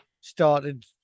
started